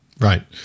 Right